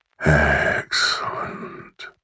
Excellent